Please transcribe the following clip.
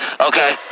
Okay